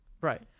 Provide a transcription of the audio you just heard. Right